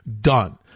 done